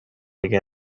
again